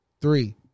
Three